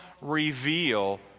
reveal